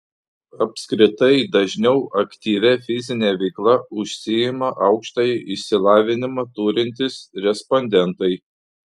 apskritai dažniau aktyvia fizine veikla užsiima aukštąjį išsilavinimą turintys respondentai